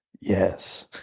yes